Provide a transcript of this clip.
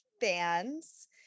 fans